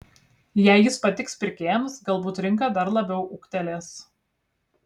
jei jis patiks pirkėjams galbūt rinka dar labiau ūgtelės